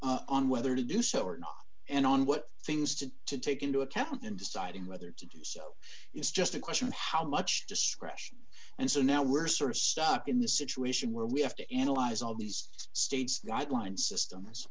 discretion on whether to do so or not and on what things to to take into account in deciding whether to do so it's just a question of how much discretion and so now we're sort of stuck in the situation where we have to analyze all these states the guidelines systems